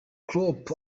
klopp